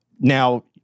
now